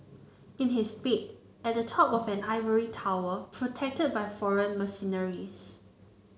in his bed at the top of an ivory tower protected by foreign mercenaries